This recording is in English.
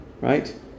right